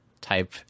type